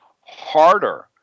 harder